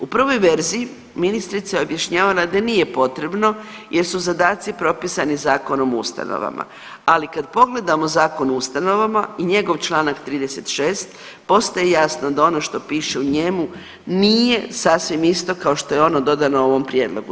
U prvoj verziji ministrica je objašnjavala da nije potrebno jer su zadaci propisani Zakonom o ustanovama, ali kad pogledamo Zakon o ustanovama i njegov čl. 36. postaje jasno da ono što piše u njemu nije sasvim isto kao što je ono dodano u ovom prijedlogu.